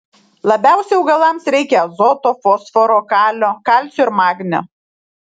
labiausiai augalams reikia azoto fosforo kalio kalcio ir magnio